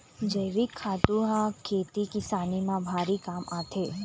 जइविक खातू ह खेती किसानी म भारी काम आथे